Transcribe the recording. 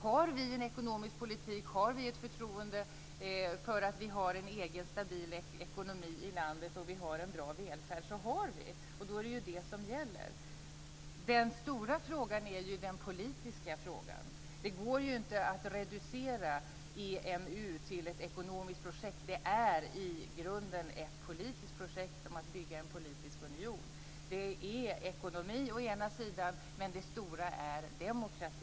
Har vi en bra ekonomisk politik och en välfärd, och känner vi förtroende för vårt eget lands stabila ekonomi, är det detta som gäller. Den stora frågan är den politiska frågan. Det går inte att reducera EMU till ett ekonomiskt projekt. Det är i grunden ett politiskt projekt om att bygga en politisk union. Den ena sidan är ekonomi, men det stora är demokrati.